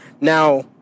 Now